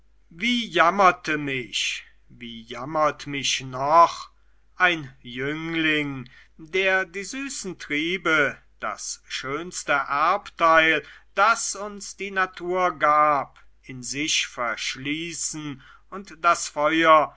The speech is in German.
wie jammerte mich wie jammert mich noch ein jüngling der die süßen triebe das schönste erbteil das uns die natur gab in sich verschließen und das feuer